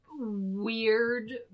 weird